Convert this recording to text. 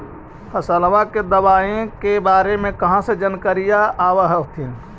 फसलबा के दबायें के बारे मे कहा जानकारीया आब होतीन?